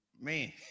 man